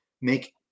make